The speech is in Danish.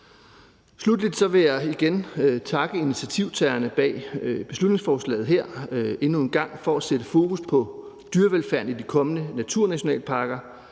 Sluttelig vil jeg endnu en gang takke initiativtagerne bag beslutningsforslaget her for at sætte fokus på dyrevelfærden i de kommende naturnationalparker.